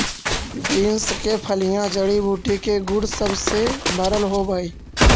beans के फलियां जड़ी बूटी के गुण सब से भरल होब हई